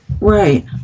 Right